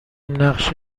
نقش